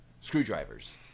screwdrivers